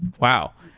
wow!